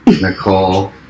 Nicole